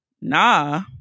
Nah